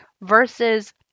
Versus